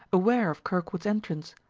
aware of kirkwood's entrance,